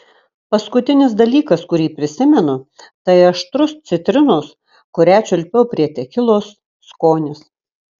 paskutinis dalykas kurį prisimenu tai aštrus citrinos kurią čiulpiau prie tekilos skonis